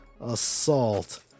assault